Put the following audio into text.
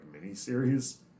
mini-series